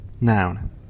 noun